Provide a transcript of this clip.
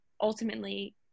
ultimately